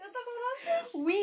that time kau rasa